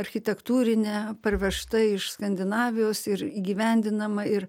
architektūrinė parvežta iš skandinavijos ir įgyvendinama ir